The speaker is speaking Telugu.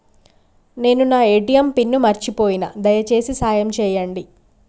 నేను నా ఏ.టీ.ఎం పిన్ను మర్చిపోయిన, దయచేసి సాయం చేయండి